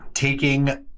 Taking